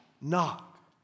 knock